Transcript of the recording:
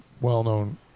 well-known